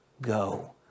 go